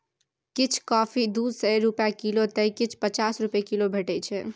किछ कॉफी दु सय रुपा किलौ तए किछ पचास रुपा किलो भेटै छै